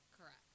Correct